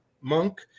monk